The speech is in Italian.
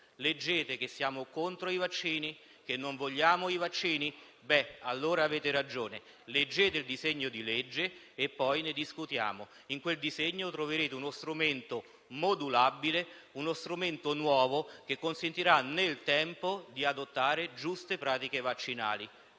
scritto che siamo contro i vaccini e che non vogliamo i vaccini, allora avete ragione. Leggete il disegno di legge e poi ne discutiamo. In quel provvedimento troverete uno strumento modulabile, uno strumento nuovo, che consentirà nel tempo di adottare giuste pratiche vaccinali.